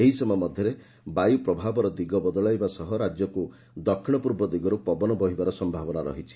ଏହି ସମୟ ମଧ୍ଧରେ ବାୟୁପ୍ରଭାବର ଦିଗ ବଦଳିବା ସହ ରାଜ୍ୟକୁ ଦକ୍ଷିଣ ପୂର୍ବ ଦିଗରୁ ପବନ ବହିବା ସୟାବନା ରହିଛି